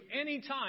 anytime